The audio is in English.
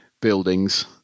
buildings